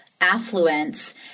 affluence